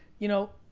you know,